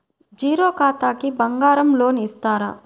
Zero ఖాతాకి బంగారం loan ఇస్తారా?